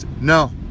No